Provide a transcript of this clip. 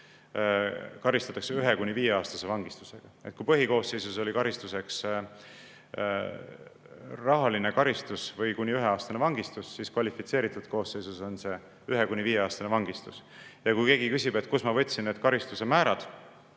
karistatakse ühe- kuni viieaastase vangistusega. Kui põhikoosseisu järgi on karistuseks rahaline karistus või kuni üheaastane vangistus, siis kvalifitseeritud koosseisu järgi on see ühe- kuni viieaastane vangistus. Ja kui keegi küsib, kust ma võtsin need konkreetsed karistuse määrad,